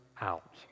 out